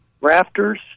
rafters